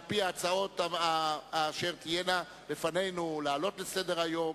על-פי ההצעות שתהיינה לפנינו להעלות לסדר-היום,